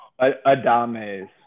Adames